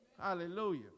hallelujah